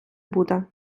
буде